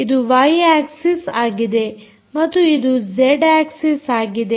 ಇದು Y axis ಆಗಿದೆ ಮತ್ತು ಇದು ಜೆಡ್ ಆಕ್ಸಿಸ್ ಆಗಿದೆ